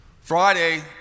Friday